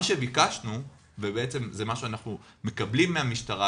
מה שביקשנו וזה מה שאנחנו מקבלים מהמשטרה,